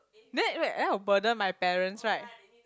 then wait then I'll burden my parents right